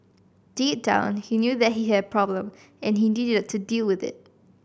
deep down he knew that he had a problem and he needed to deal with it